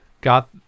got